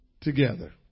together